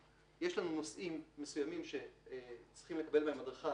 יש לנו נושאים מסוימים שצריכים לקבל בהם הדרכה,